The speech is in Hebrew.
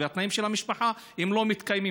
והתנאים של המשפחה לא מתקיימים.